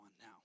now